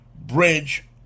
Bridge